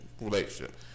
relationship